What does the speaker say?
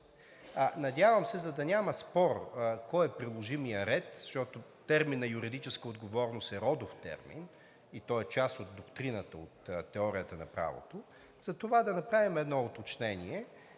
Надявам се, за да няма спор кой е приложимият ред, защото терминът „юридическа отговорност“ е родов термин и той е част от доктрината, от теорията на правото, затова да направим едно уточнение,